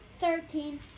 Thirteen